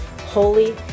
holy